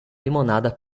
limonada